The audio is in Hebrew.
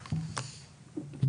תודה רבה.